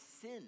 sin